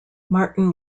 martin